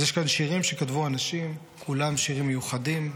אז יש כאן שירים שכתבו אנשים, כולם שירים מיוחדים.